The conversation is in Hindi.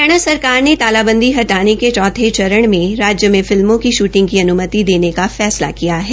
हरियाणा सरकार ने तालाबंदी हटाने के चौथे चरण में राज्य में फिल्मों की शूटिंग की अनुमति देने का फैसला किया है